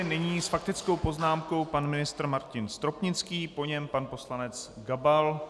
Nyní s faktickou poznámkou pan ministr Martin Stropnický, po něm pan poslanec Gabal.